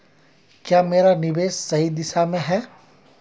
क्या मेरा निवेश सही दिशा में है?